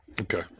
Okay